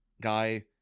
guy